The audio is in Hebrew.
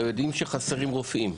הלוא יודעים שחסרים רופאים.